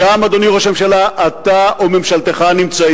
שם, אדוני ראש הממשלה, אתה וממשלתך נמצאים.